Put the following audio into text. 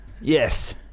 Yes